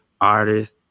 artist